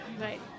Right